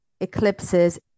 eclipses